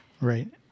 Right